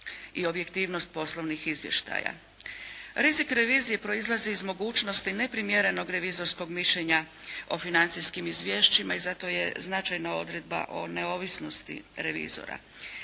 i objektivnost poslovnih izvještaja. Rizik revizije proizlazi iz mogućnosti neprimjerenog revizorskog mišljenja o financijskim izvješćima i zato je značajna odredba o neovisnosti revizora.